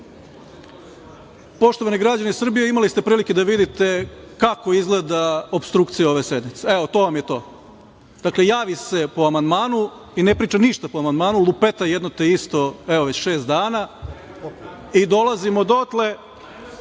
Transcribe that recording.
Poštovani građani Srbije, imali ste prilike da vidite kako izgleda opstrukcija ove sednice. To vam je to. Dakle, javi se po amandmanu i ne priča ništa po amandmanu, lupeta jedno te isto već šest dana i dolazimo dotle